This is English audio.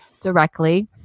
directly